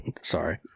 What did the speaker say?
Sorry